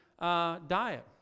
diet